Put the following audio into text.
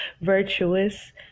virtuous